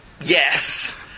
Yes